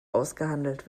ausgehandelt